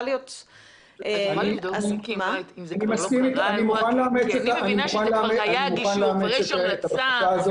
אני מוכן לאמץ את הבקשה הזאת.